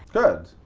good,